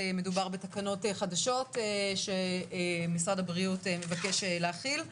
מדובר בתקנות חדשות שמשרד הבריאות מבקש להחיל.